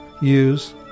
use